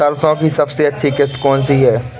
सरसो की सबसे अच्छी किश्त कौन सी है?